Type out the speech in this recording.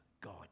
God